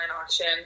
auction